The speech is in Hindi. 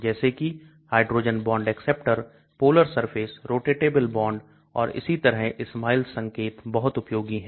जैसे कि hydrogen bond acceptor polar surface rotatable bond और इसी तरह SMILES संकेत बहुत उपयोगी हैं